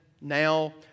now